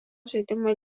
žaidimo